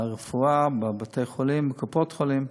ברפואה, בבתי-חולים, בקופות-חולים.